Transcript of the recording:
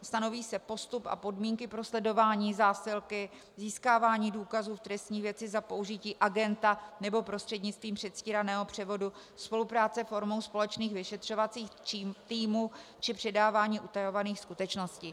Stanoví se postup a podmínky pro sledování zásilky, získávání důkazů v trestní věci za použití agenta nebo prostřednictvím předstíraného převodu spolupráce formou společných vyšetřovacích týmů či předávání utajovaných skutečností.